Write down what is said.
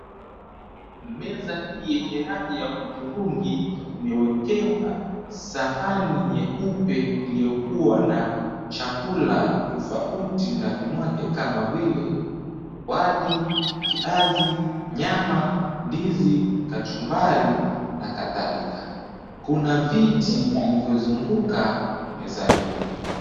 Meza hii yenye rangi ya hudhurungi imewekewa sahani nyeupe iliyokuwa na chakula tofauti ndani mwake kama vile wali, viazi, nyama, ndizi, kachumbari na kadhalika. Kuna viti vilivyozunguka meza hiyo.